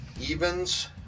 evens